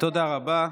תודה רבה.